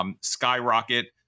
skyrocket